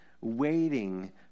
waiting